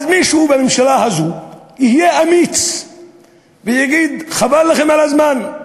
אז מישהו בממשלה הזו יהיה אמיץ ויגיד: חבל לכם על הזמן,